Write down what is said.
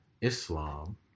Islam